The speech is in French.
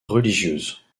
religieuses